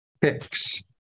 picks